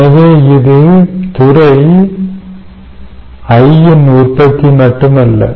எனவே இது துறை I இன் உற்பத்தி மட்டுமல்ல